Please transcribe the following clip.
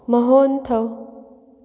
ꯃꯍꯣꯟ ꯊꯧ